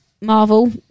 marvel